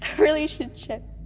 relationship.